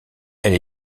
elle